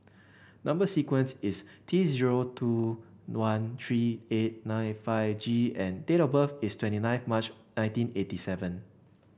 number sequence is T zero two one three eight nine five G and date of birth is twenty nine March nineteen eighty seven